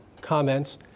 comments